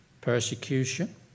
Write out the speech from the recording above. persecution